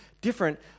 different